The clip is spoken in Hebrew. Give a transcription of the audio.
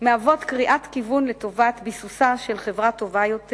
מהוות קריאת כיוון לטובת ביסוסה של חברה טובה יותר,